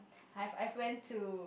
I have I have went to